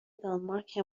دانمارک